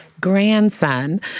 grandson